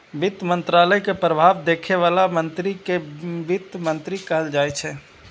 वित्त मंत्रालय के प्रभार देखै बला मंत्री कें वित्त मंत्री कहल जाइ छै